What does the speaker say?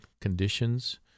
conditions